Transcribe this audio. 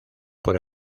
por